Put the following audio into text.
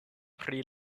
pri